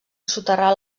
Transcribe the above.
soterrar